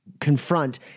confront